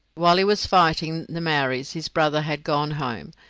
while he was fighting the maoris his brother had gone home,